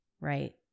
Right